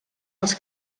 els